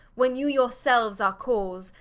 when you your selues are cause,